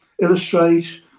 illustrate